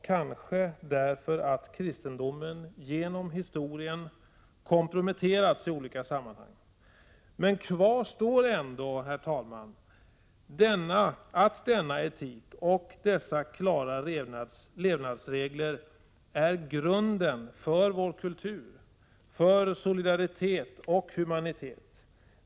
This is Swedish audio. Kanske därför att kristendomen genom historien komprometterats i olika sammanhang. Kvar står ändå att denna etik och dessa klara levnadsregler är grunden för vår kultur, för solidaritet och humanitet.